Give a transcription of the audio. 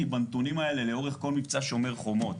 בנתונים האלה לאורך כל מבצע "שומר חומות".